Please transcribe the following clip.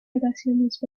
oraciones